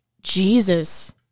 Jesus